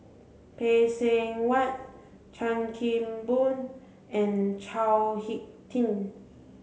Phay Seng Whatt Chan Kim Boon and Chao Hick Tin